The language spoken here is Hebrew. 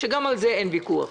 שגם על זה אין ויכוח,